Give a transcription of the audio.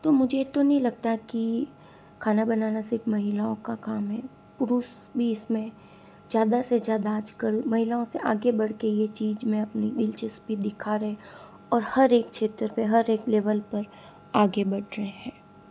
तो मुझे तो नहीं लगता की खाना बनाना सिर्फ महिलाओं का काम है पुरुष भी इसमें ज़्यादा से ज़्यादा आजकल महिलाओं से आगे बढ़के यह चीज में अपनी दिलचस्पी दिखा रहे और हर एक क्षेत्र पे हर एक लेवल पर आगे बढ़ रहे है